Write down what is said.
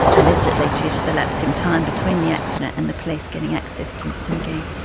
allegedly due to the lapse in time between the accident and the police getting access to mr mcgee.